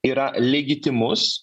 yra legitimus